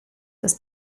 das